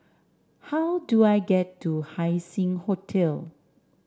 how do I get to Haising Hotel